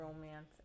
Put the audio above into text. romance